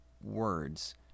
words